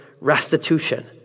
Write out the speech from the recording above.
restitution